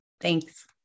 Thanks